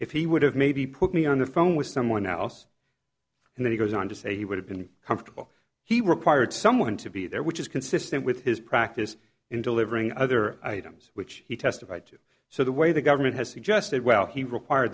if he would have maybe put me on the phone with someone else and then he goes on to say he would have been comfortable he required someone to be there which is consistent with his practice in delivering other items which he testified to so the way the government has suggested well he required